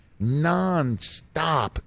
nonstop